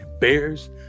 Bears